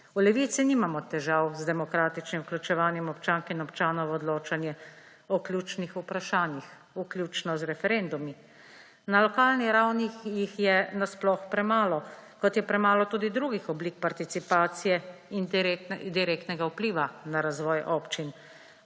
V Levici nimamo težav z demokratičnim vključevanem občank in občanov v odločanje o ključnih vprašanjih, vključno z referendumi. Na lokalni ravni jih je nasploh premalo, kot je premalo tudi drugih oblik participacije in direktnega vpliva na razvoj občin.